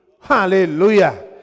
Hallelujah